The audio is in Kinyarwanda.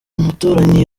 umuturanyi